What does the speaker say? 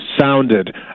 sounded